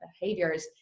behaviors